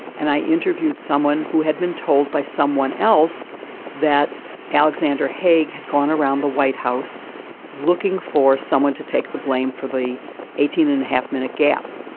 and i interviewed someone who had been told by someone else that alexander haig had gone around the white house looking for someone to take the blame for the eighteen and a half minute gap.